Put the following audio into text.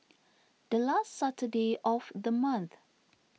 the last Saturday of the month